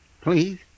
Please